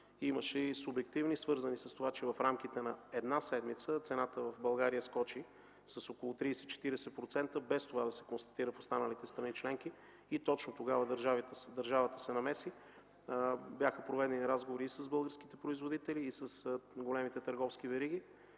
Имаше и субективни фактори: в рамките на една седмица цената в България скочи с около 30-40%, без това да се констатира в останалите страни членки. Точно тогава държавата се намеси. Бяха проведени разговори с българските производители и с големите търговски вериги.